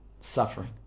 suffering